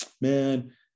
man